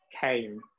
came